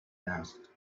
asked